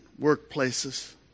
workplaces